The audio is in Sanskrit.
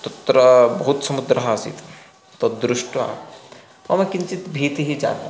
तत्र बहु समुद्रः आसीत् तद् दृष्ट्वा मम किञ्चित् भीतिः जाता